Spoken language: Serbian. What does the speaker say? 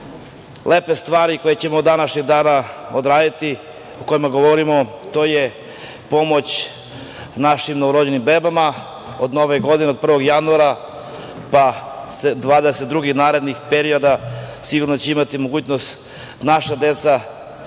lepe stvari koje ćemo današnjeg dana odraditi, o kojima govorimo, to je pomoć našim novorođenim bebama od Nove godine, od 1. januara 2022. godine. U narednom periodu sigurno će imati mogućnost, naša deca,